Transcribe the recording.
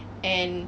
and